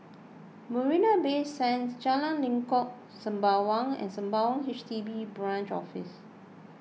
Marina Bay Sands Jalan Lengkok Sembawang and Sembawang H D B Branch Office